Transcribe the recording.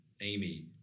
Amy